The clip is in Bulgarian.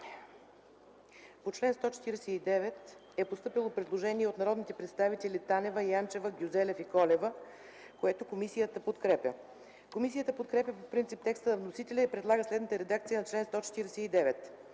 По чл. 149 е постъпило предложение от народните представители Танева, Янчева, Гюзелев и Колева, което комисията подкрепя. Комисията подкрепя по принцип текста на вносителя и предлага следната редакция на чл. 149: